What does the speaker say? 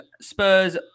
Spurs